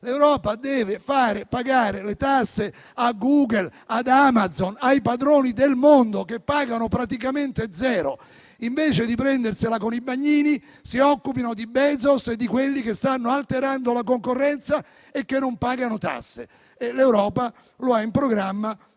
L'Europa deve far pagare le tasse a Google e ad Amazon, ai padroni del mondo che pagano praticamente zero tasse. Invece di prendersela con i bagnini, si occupino di Bezos e di quelli che stanno alterando la concorrenza e non pagano tasse. L'Europa ha in programma